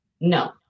No